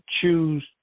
choose